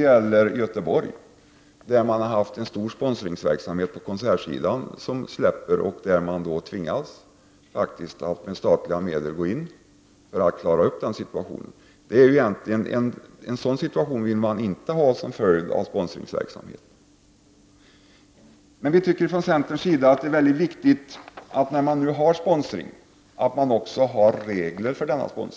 I Göteborg har man haft en stor sponsringsverksamhet på konsertsidan som nu har upphört. Då har man tvingats att gå in med statliga medel för att reda upp situationen. En sådan situation vill man inte ha som följd av sponsringsverksamhet. Om man nu har sponsring, anser vi från centerns sida att man skall ha regler för denna. Sådana